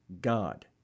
God